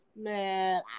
Man